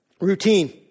routine